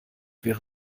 wäre